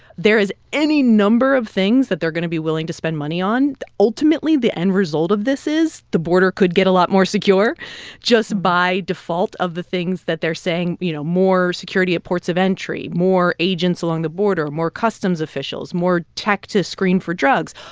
there is any number of things that they're going to be willing to spend money on ultimately, the end result of this is the border could get a lot more secure just by default of the things that they're saying you know, more security at ports of entry, more agents along the border, more customs officials, more tech to screen for drugs.